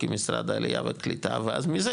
כמשרד העלייה והקליטה ואז מזה,